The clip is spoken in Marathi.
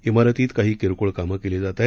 इमारतीत काही किरकोळ कामं केली जात आहेत